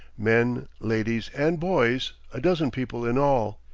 men, ladies, and boys, a dozen people in all.